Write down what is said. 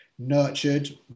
nurtured